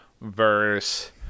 verse